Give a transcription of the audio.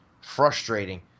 Frustrating